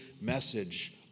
message